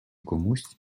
комусь